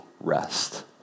rest